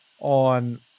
on